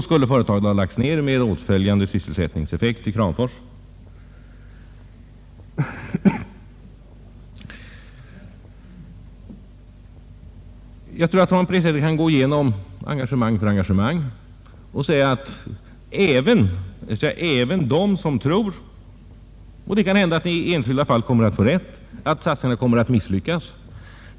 Företaget skulle ha lagts ned med åtföljande allvarliga sysselsättningseffekter i Kramforsregionen. Jag tror att man på detta sätt kan gå igenom engagemang för engagemang. I enskilda fall får kanske de rätt som säger att satsningen kommer att misslyckas.